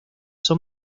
son